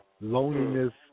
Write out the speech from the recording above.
loneliness